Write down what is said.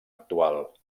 actual